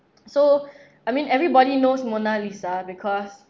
so I mean everybody knows mona lisa because